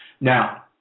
Now